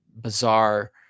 bizarre